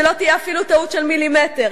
שלא תהיה אפילו טעות של מילימטר,